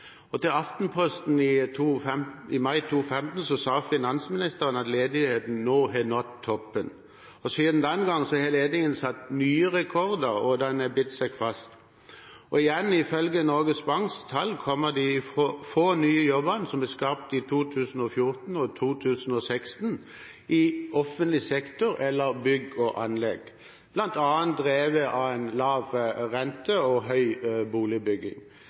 Til Aftenposten i mai 2015 sa finansministeren at ledigheten nå har nådd toppen, og siden den gang har ledigheten satt nye rekorder, og den har bitt seg fast. Og igjen: Ifølge Norges Banks tall kommer de få nye jobbene som ble skapt i 2014 og 2016, i offentlig sektor eller i bygg og anlegg, bl.a. drevet av en lav rente og høy boligbygging.